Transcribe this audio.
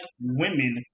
women